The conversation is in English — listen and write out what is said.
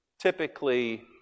typically